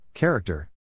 Character